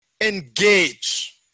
engage